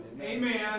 Amen